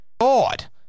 God